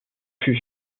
fut